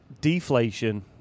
deflation